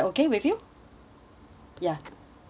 ya mm alright